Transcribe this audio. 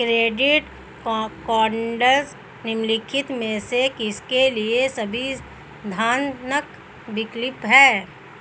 Credit cards निम्नलिखित में से किसके लिए सुविधाजनक विकल्प हैं?